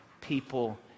people